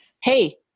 hey